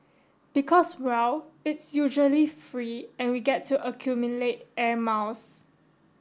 because well it's usually free and we get to accumulate air miles